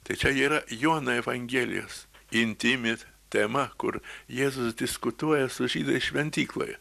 tai čia yra jono evangelijos intymi tema kur jėzus diskutuoja su žydais šventykloje